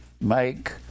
make